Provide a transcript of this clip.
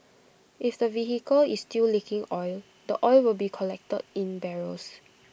if the vehicle is still leaking oil the oil will be collected in barrels